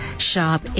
Shop